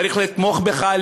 צריך לתמוך בך,